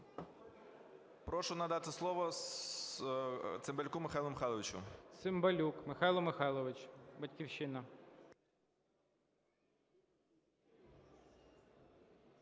Прошу надати слово Цимбалюку Михайлу Михайловичу. ГОЛОВУЮЧИЙ. Цимбалюк Михайло Михайлович, "Батьківщина".